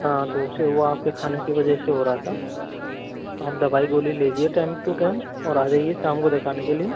हाँ तो उससे हुआ आपके खाने की वजह से हो रहा था हम दवाई गोली ले लिया टाइम टू टाइम और आजाइए शाम को दिखाने के लिए